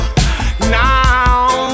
Now